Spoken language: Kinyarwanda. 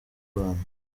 rwanda